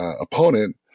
opponent